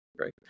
right